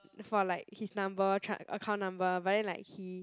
for like his number tr~ account number but then like he